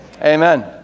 Amen